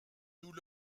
nous